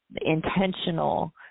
intentional